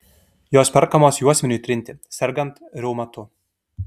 jos perkamos juosmeniui trinti sergant reumatu